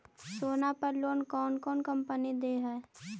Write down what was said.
सोना पर लोन कौन कौन कंपनी दे है?